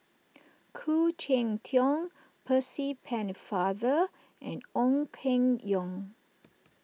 Khoo Cheng Tiong Percy Pennefather and Ong Keng Yong